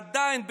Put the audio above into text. עדיין,